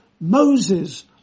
Moses